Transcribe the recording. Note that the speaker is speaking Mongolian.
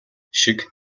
шиг